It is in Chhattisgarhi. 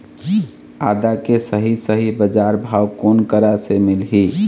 आदा के सही सही बजार भाव कोन करा से मिलही?